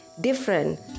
different